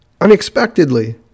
unexpectedly